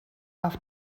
auf